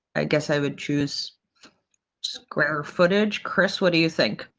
i guess i would choose square footage. chris. what do you think.